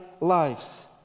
lives